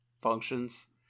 functions